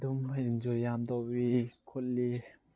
ꯑꯗꯨꯝꯕ ꯑꯦꯟꯖꯣꯏ ꯌꯝ ꯇꯧꯏ ꯈꯣꯠꯂꯤ